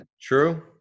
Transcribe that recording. True